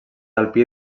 alpí